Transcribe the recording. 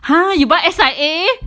!huh! you buy S_I_A